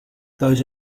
those